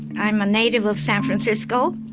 i'm a native of san francisco.